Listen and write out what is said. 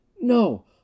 No